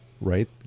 right